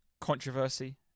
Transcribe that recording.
controversy